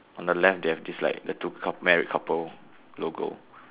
on the left they have this like the two married couple logo